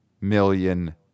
million